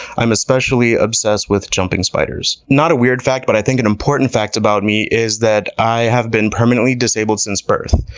i'm especially obsessed with jumping spiders. not a weird fact, but i think an important fact about me is that i have been permanently disabled since birth.